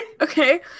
okay